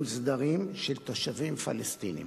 מוסדרים, של תושבים פלסטינים.